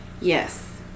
Yes